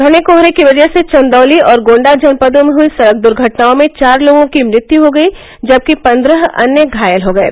घने कोहरे की वजह से चंदौली और गोंडा जनपदों में हुई सड़क दुर्घटनाओं में चार लोगों की मृत्यु हो गई जबकि पंद्रह अन्य घायल हो गये